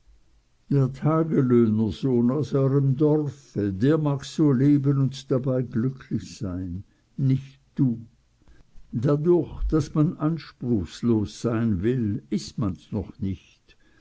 der mag so leben und dabei glücklich sein nicht du dadurch daß man anspruchslos sein will ist man's noch nicht